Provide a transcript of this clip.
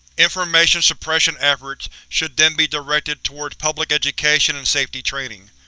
information-suppression efforts should then be directed toward public education and safety training.